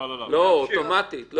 לא, לא, לא, אוטומטית.